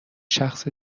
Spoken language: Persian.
شخص